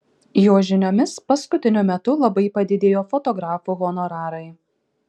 jo žiniomis paskutiniu metu labai padidėjo fotografų honorarai